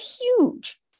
huge